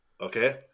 okay